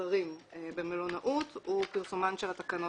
הזרים במלונאות הוא פרסומן של התקנות.